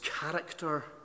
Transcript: character